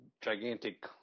gigantic